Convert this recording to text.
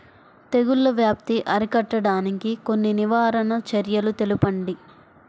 తెగుళ్ల వ్యాప్తి అరికట్టడానికి కొన్ని నివారణ చర్యలు తెలుపండి?